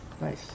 nice